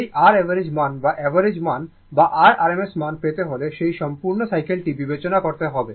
সেই r average মান বা অ্যাভারেজ মান বা r RMS মান পেতে হলে সেই সম্পূর্ণ সাইকেলটি বিবেচনা করতে হবে